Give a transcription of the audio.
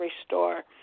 restore